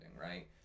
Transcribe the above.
right